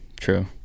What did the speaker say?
True